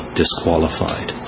disqualified